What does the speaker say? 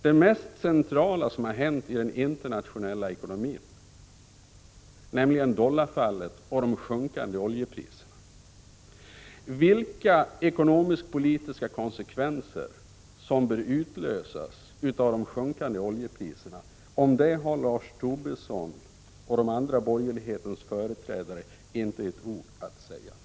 Det mest centrala som har hänt i den internationella ekonomin, nämligen dollarfallet och de sjunkande oljepriserna, samt vilka ekonomisk-politiska konsekvenser som bör utlösas av de sjunkande oljepriserna har Lars Tobisson och de andra företrädarna för borgerligheten inte ett ord att säga om.